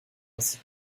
ainsi